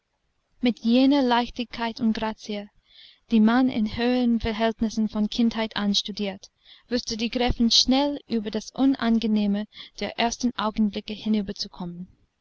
mit jener leichtigkeit und grazie die man in höheren verhältnissen von kindheit an studiert wußte die gräfin schnell über das unangenehme der ersten augenblicke hinüberzukommen